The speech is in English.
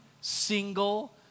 single